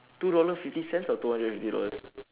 two dollars fifty cents or two hundred and fifty dollars